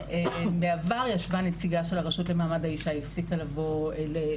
ובעבר ישבה נציגה של הרשות למעמד האישה היא הפסיקה להגיע,